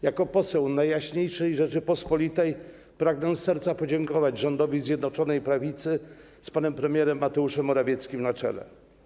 Jako poseł Najjaśniejszej Rzeczypospolitej pragnę z serca podziękować rządowi Zjednoczonej Prawicy z panem premierem Mateuszem Morawieckim na czele.